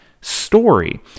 story